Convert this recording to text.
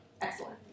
Excellent